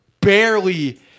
barely